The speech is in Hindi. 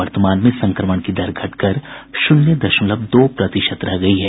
वर्तमान में संक्रमण की दर घटकर शून्य दशमलव दो प्रतिशत रह गयी है